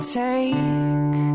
take